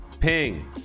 ping